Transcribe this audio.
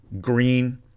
green